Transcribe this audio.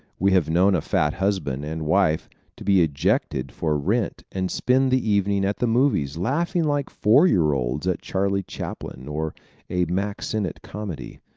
we have known a fat husband and wife to be ejected for rent and spend the evening at the movies laughing like four-year-olds at charlie chaplin or a mack sennett comedy.